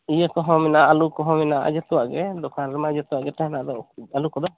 ᱤᱭᱟᱹ ᱠᱚᱦᱚᱸ ᱢᱮᱱᱟᱜᱼᱟ ᱟᱞᱩ ᱠᱚᱦᱚᱸ ᱢᱮᱱᱟᱜᱼᱟ ᱟ ᱡᱚᱛᱚᱣᱟᱜ ᱜᱮ ᱫᱚᱠᱟᱱ ᱨᱮᱢᱟ ᱡᱚᱛᱚᱣᱟᱜ ᱜᱮ ᱛᱟᱦᱮᱱᱟ ᱟᱫᱚ ᱟᱞᱩ ᱠᱚᱫᱚ